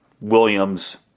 Williams